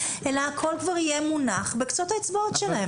אלא הכול כבר יהיה מונח בקצות האצבעות שלהם.